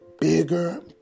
bigger